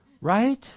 Right